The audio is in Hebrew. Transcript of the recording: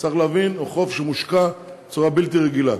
צריך להבין שהחוף מושקע בצורה בלתי רגילה.